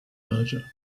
merger